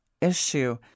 issue